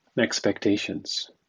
expectations